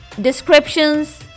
descriptions